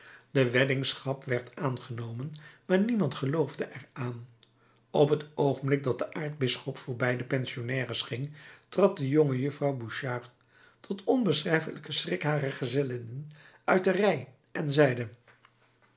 de weddingschap werd aangenomen maar niemand geloofde er aan op t oogenblik dat de aartsbisschop voorbij de pensionnaires ging trad de jongejuffrouw bouchard tot onbeschrijfelijken schrik harer gezellinnen uit de rij en zeide